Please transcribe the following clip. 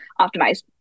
optimized